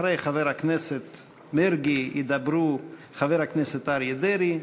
אחרי חבר הכנסת מרגי ידברו חבר הכנסת אריה דרעי,